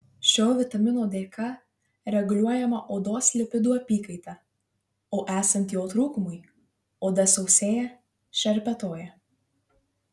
šio vitamino dėka reguliuojama odos lipidų apykaita o esant jo trūkumui oda sausėja šerpetoja